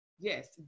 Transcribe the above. Yes